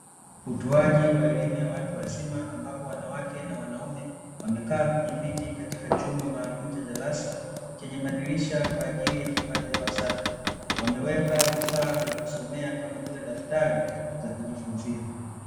Utoaji wa elimu ya watu wazima ambapo wanawake na wanaume wamekaa kwenye viti katika chumba maalumu cha darasa, chenye madirisha kwa ajili ya kupata hewa safi. Wameweka vifaa vya kusomea kama vile daftari za kujifunzia.